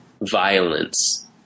violence